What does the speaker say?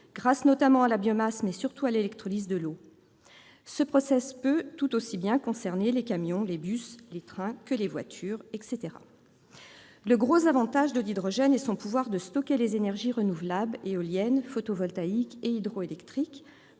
grâce notamment à la biomasse, mais surtout à l'électrolyse de l'eau. Ce peut tout aussi bien s'appliquer aux camions, aux bus, aux trains, aux voitures, etc. Le gros avantage de l'hydrogène est son pouvoir de stocker les énergies renouvelables éolienne, photovoltaïque et hydroélectrique,